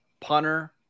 punter